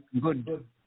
good